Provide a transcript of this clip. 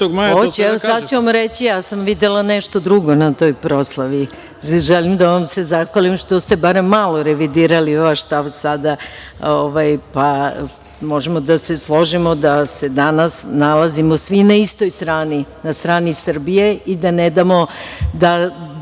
evo sada ću vam reći, ja sam videla nešto drugo na toj proslavi. Želim da vam se zahvalim što ste barem malo revidirali vaš stav sada, pa možemo da se složimo da se danas nalazimo svi na istoj strani, na strani Srbije i da ne damo da